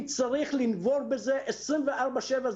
אם צריך לנבור בזה 24/7,